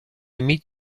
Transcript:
meet